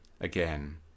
again